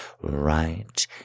right